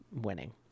winning